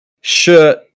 shirt